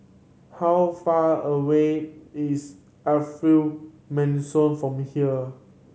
how far away is Mansion from here